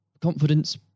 confidence